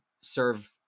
serve